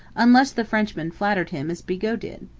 unless the frenchman flattered him as bigot did.